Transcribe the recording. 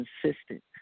consistent